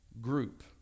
group